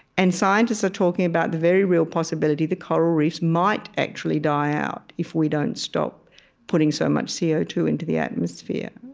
and scientists are talking about the very real possibility that coral reefs might actually die out if we don't stop putting so much c o two into the atmosphere